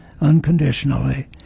unconditionally